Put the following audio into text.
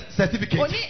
certificate